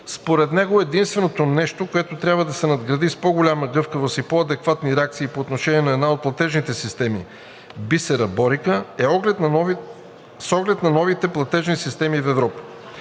Според него единственото нещо, което трябва да се надгради, е по-голяма гъвкавост и по-адекватна реакция по отношение на една от платежните системи – БИСЕРА-БОРИКА, с оглед на новите платежни схеми в Европа.